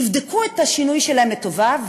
יבדקו את השינוי שלהם לטובה,